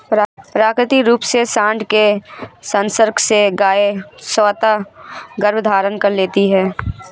प्राकृतिक रूप से साँड के संसर्ग से गायें स्वतः गर्भधारण कर लेती हैं